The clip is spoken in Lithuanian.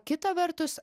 kita vertus